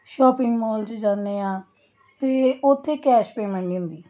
shopping mall 'ਚ ਜਾਂਦੇ ਹਾਂ ਤਾਂ ਉੱਥੇ ਕੈਸ਼ ਪੇਮੈਂਟ ਨਹੀਂ ਹੁੰਦੀ